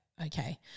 Okay